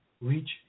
reach